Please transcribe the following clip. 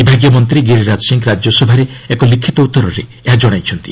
ବିଭାଗୀୟ ମନ୍ତ୍ରୀ ଗିରରାଜ୍ ସିଂ ରାଜ୍ୟସଭାରେ ଏକ ଲିଖିତ ଉତ୍ତରରେ ଏହା ଜଣାଇଛନ୍ତି